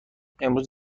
امروز